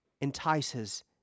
entices